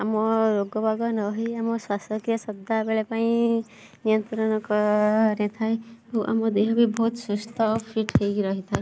ଆମ ରୋଗ ବାଗ ନ ହେଇ ଆମ ଶ୍ଵାସକ୍ରିୟା ସଦାବେଳେ ପାଇଁ ନିୟନ୍ତ୍ରଣ କରିଥାଏ ଓ ଆମ ଦେହବି ବହୁତ ସୁସ୍ଥ ଫିଟ୍ ହେଇକି ରହିଥାଏ